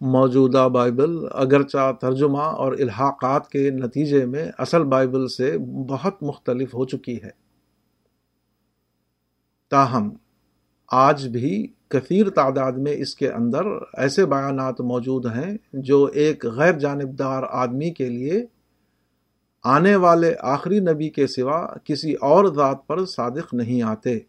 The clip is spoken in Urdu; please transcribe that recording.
موجودہ بائبل، اگرچہ ترجمہ اور الحاقات کے نتیجے میں اصل بائبل سے بہت مختلف ہو چکی ہے۔ تاہم، آج بھی کثیر تعداد میں اس کے اندر ایسے بیانات موجود ہیں جو ایک غیر جانبدار آدمی کے لیے آنے والے آخری نبی کے سوا کسی اور ذات پر صادق نہیں آتے۔